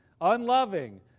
unloving